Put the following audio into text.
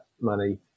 money